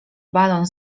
balon